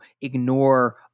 ignore